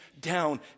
down